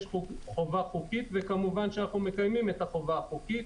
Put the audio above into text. יש חובה חוקית וכמובן אנחנו מקיימים את החובה החוקית.